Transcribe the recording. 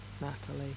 Natalie